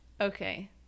Okay